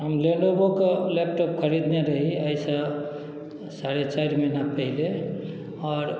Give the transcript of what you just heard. हम लेनेवोके लैपटॉप खरीदने रही आइसँ साढ़े चारि महिना पहिने आओर